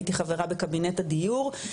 הייתי חברה בקבינט הדיור,